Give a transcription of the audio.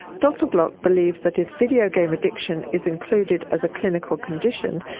dr block believes that if video game addiction is included as a clinical condition,